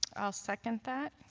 i'll second that